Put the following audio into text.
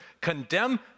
condemn